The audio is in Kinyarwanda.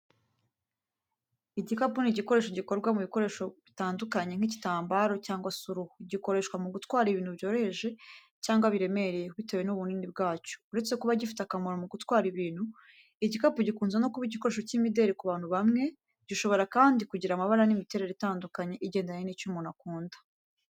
Igikapu ni igikoresho gikorwa mu bikoresho bitandukanye nk'igitambaro cyangwa se uruhu. Gikoreshwa mu gutwara ibintu byoroheje cyangwa biremereye bitewe n’ubunini bwacyo. Uretse kuba gifite akamaro mu gutwara ibintu, igikapu gikunze no kuba igikoresho cy’imideri ku bantu bamwe, gishobora kandi kugira amabara n’imiterere itandukanye igendanye n’icyo umuntu akunda.